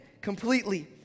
completely